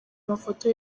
mafoto